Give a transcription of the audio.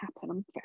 happen